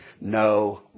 No